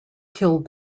killed